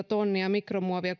tonnia mikromuovia